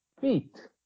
Feet